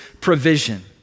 provision